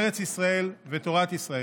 ארץ ישראל ותורת ישראל.